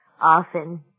Often